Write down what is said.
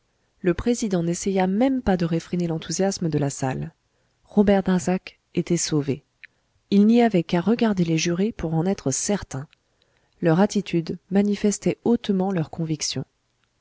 le président n'essaya même pas de réfréner l'enthousiasme de la salle robert darzac était sauvé il n'y avait qu'à regarder les jurés pour en être certain leur attitude manifestait hautement leur conviction